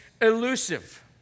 elusive